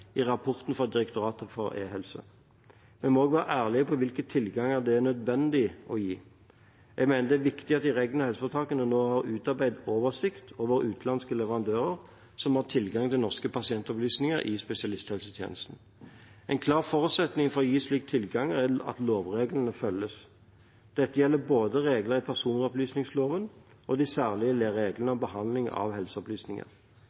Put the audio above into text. i rapporten fra Direktoratet for e-helse. Vi må også være ærlige på hvilke tilganger det er nødvendig å gi. Jeg mener det er viktig at de regionale helseforetakene nå har utarbeidet oversikt over utenlandske leverandører som har tilgang til norske pasientopplysninger i spesialisthelsetjenesten. En klar forutsetning for å gi slike tilganger er at lovreglene følges. Dette gjelder både reglene i personopplysningsloven og de særlige reglene